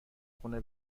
خونه